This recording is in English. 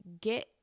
get